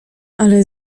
ale